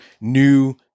new